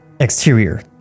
Exterior